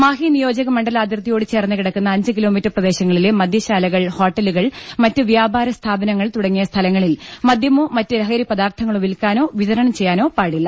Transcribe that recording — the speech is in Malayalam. മാഹി നിയോജക മണ്ഡലാതിർത്തിയോട് ചേർന്ന് കിടക്കുന്ന അഞ്ച് കിലോമീറ്റർ പ്രദേശങ്ങളിലെ മദ്യശാലകൾ ഹോട്ടലുകൾ മറ്റ് വ്യാപാര സ്ഥാപനങ്ങൾ തുടങ്ങിയ സ്ഥലങ്ങളിൽ മദ്യമോ മറ്റ് ലഹരി പദാർഥങ്ങളോ വിൽക്കാനോ വിതരണം ചെയ്യാനോ പാടില്ല